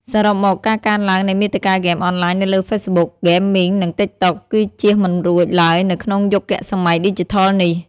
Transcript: សរុបមក ការកើនឡើងនៃមាតិកាហ្គេមអនឡាញនៅលើ ហ្វេសបុក ហ្គេមីង និង ទីកតុក គឺជៀសមិនរួចឡើយនៅក្នុងយុគសម័យឌីជីថលនេះ។